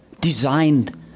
designed